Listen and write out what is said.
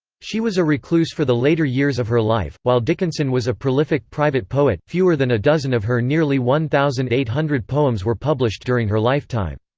she was a recluse for the later years of her life while dickinson was a prolific private poet, fewer than a dozen of her nearly one thousand eight hundred poems were published during her lifetime.